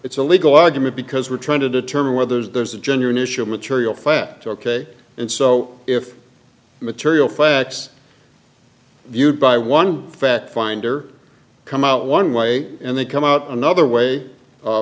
it's a legal argument because we're trying to determine whether there's a genuine issue of material fact ok and so if material facts you buy one fact finder come out one way and they come out another way